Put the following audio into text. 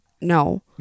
No